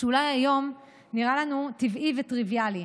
שאולי היום נראה לנו טבעי וטריוויאלי,